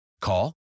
Call